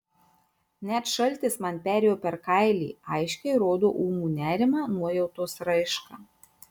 net šaltis man perėjo per kailį aiškiai rodo ūmų nerimą nuojautos raišką